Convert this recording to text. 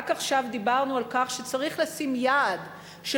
רק עכשיו דיברנו על כך שצריך לשים יעד של